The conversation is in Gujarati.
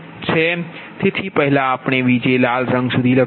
તેથી પહેલા આપણે Vj લાલ રંગ સુધી લખ્યું છે